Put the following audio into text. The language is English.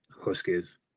Huskies